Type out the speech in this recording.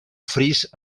fris